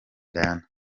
diana